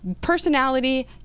personality